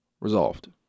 resolved